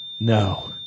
No